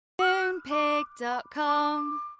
Moonpig.com